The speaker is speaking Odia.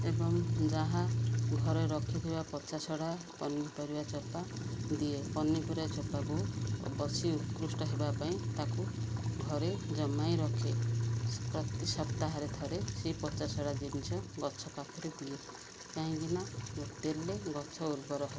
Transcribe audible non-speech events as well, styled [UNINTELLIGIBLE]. ଏବଂ ଯାହା ଘରେ ରଖିଥିବା ପଚା ସଢ଼ା ପନିପରିବା ଚୋପା ଦିଏ ପନିପରିବା ଚୋପାକୁ ବସି ଉତ୍କୃଷ୍ଟ ହେବା ପାଇଁ ତାକୁ ଘରେ ଜମାଇ ରଖେ ପ୍ରତି ସପ୍ତାହରେ ଥରେ ସେଇ ପଚା ସଢ଼ା ଜିନିଷ ଗଛ ପାଖରେ ଦିଏ କାହିଁକିନା [UNINTELLIGIBLE] ଗଛ ଉର୍ବର ରହେ